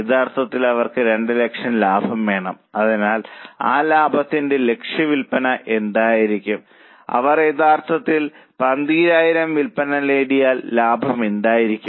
യഥാർത്ഥത്തിൽ അവർക്ക് 2 ലക്ഷം ലാഭം വേണം അതിനാൽ ആ ലാഭത്തിന്റെ ലക്ഷ്യ വിൽപ്പന എന്തായിരിക്കും അവർ യഥാർത്ഥത്തിൽ 12000 വിൽപന നേടിയാൽ ലാഭം എന്തായിരിക്കും